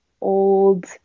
old